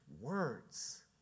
words